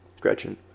Gretchen